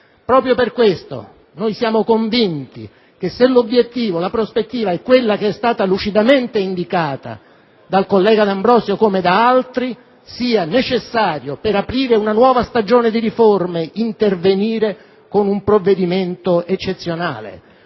Proprio per questo siamo convinti che se l'obiettivo, la prospettiva è quella che è stata lucidamente indicata dal collega D'Ambrosio, come da altri, sia necessario, per aprire una nuova stagione di riforme, adottare un provvedimento eccezionale,